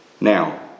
Now